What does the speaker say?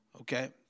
okay